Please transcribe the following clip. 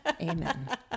amen